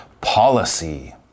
policy